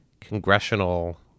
congressional